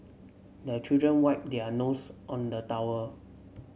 the children wipe their nose on the towel